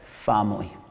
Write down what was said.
family